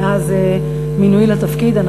מאז מינויי לתפקיד,